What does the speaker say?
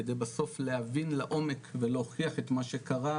כדי בסוף להבין לעומק ולהוכיח את מה שקרה,